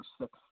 six